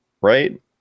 right